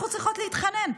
למה אנחנו צריכות להתחנן?